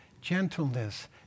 gentleness